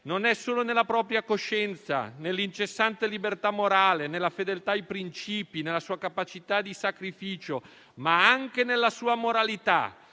non è solo nella propria coscienza, nella incessante libertà morale, nella fedeltà ai principi, nella sua capacità di sacrificio, nella sua conoscenza